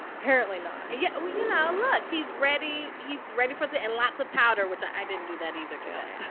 apparently not yeah, well, you know, look he's ready he's ready for and lots of powder, which i didn't do that either today. i yeah